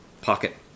pocket